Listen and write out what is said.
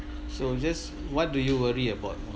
so just what do you worry about